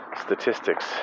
statistics